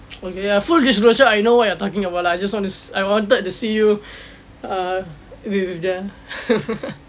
okay ya full disclosure I know what you're talking about lah I just wanna sa~ I wanted to see you err be with the